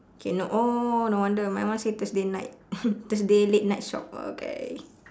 okay no oh no wonder my one say thursday night thursday late night shop okay